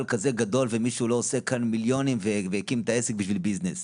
כזה גדול ומישהו לא עושה כאן מיליונים והקים את העסק בשביל ביזנס.